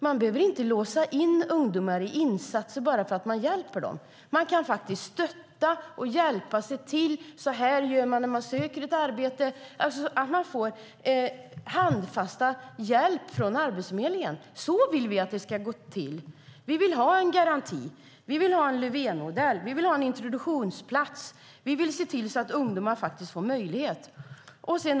Man behöver inte låsa in ungdomar i insatser bara för att man hjälper dem. Man kan faktiskt stötta, hjälpa och tala om hur man gör när man söker arbete. Arbetsförmedlingen kan ge handfast hjälp. Så vill vi att det ska gå till. Vi vill ha en garanti. Vi vill ha en Löfvenmodell. Vi vill ha en introduktionsplats. Vi vill se till att ungdomar faktiskt får en möjlighet.